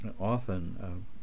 Often